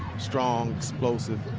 strong, explosive.